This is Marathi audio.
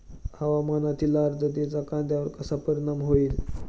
हवामानातील आर्द्रतेचा कांद्यावर कसा परिणाम होईल?